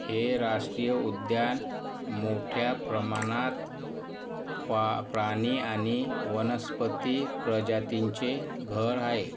हे राष्ट्रीय उद्यान मोठ्या प्रमाणात प्राणी आणि वनस्पती प्रजातींचे घर आहे